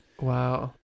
Wow